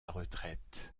retraite